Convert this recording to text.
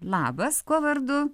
labas kuo vardu